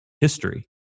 history